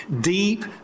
deep